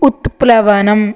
उत्प्लवनम्